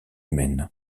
maine